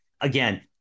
again